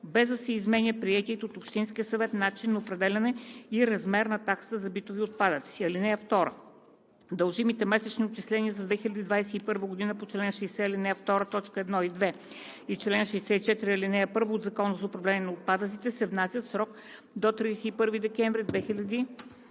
без да се изменя приетият от общинския съвет начин на определяне и размер на таксата за битови отпадъци. (2) Дължимите месечни отчисления за 2021 г. по чл. 60, ал. 2, т. 1 и 2 и чл. 64, ал. 1 от Закона за управление на отпадъците се внасят в срок до 31 декември 2021